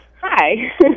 Hi